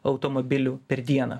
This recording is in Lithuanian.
automobilių per dieną